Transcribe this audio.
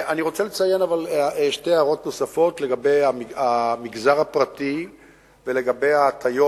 אני רוצה לומר שתי הערות נוספות לגבי המגזר הפרטי ולגבי ההטיות,